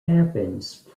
happens